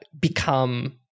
become